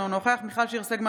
אינו נוכח מיכל שיר סגמן,